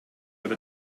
with